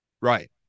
Right